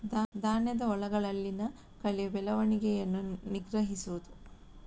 ಧಾನ್ಯದ ಹೊಲಗಳಲ್ಲಿನ ಕಳೆ ಬೆಳವಣಿಗೆಯನ್ನು ನಿಗ್ರಹಿಸುವುದು